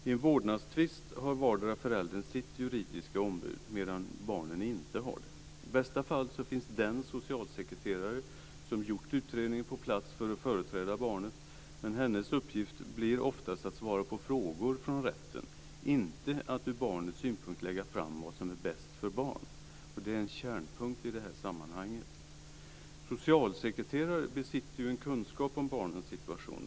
I en vårdnadstvist har vardera föräldern sitt juridiska ombud, medan barnen inte har det. I bästa fall finns den socialsekreterare som gjort utredningen på plats för att företräda barnet, men socialsekreterarens uppgift blir oftast att svara på frågor från rätten, inte att ur barnets synpunkt lägga fram vad som är bäst för barnet. Det är en kärnpunkt i sammanhanget. Socialsekreterare besitter ju en kunskap om barnens situation.